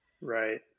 Right